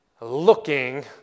looking